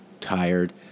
tired